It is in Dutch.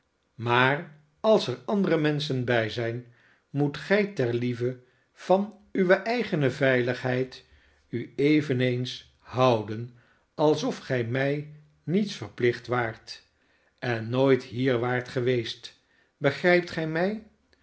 maar als er andere menschen bij zijn moet gij ter liefde van uwe eigene veiligheid u eveneens houden alsof gij mij niets verplicht waart en nooit hier waart geweest begrijpt gij mij